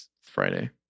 Friday